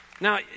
Now